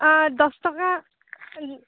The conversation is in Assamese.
অঁ দহ টকা